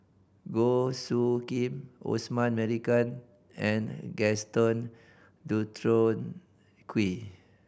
Goh Soo Khim Osman Merican and Gaston Dutronquoy